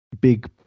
big